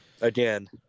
Again